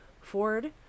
Ford